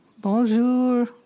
bonjour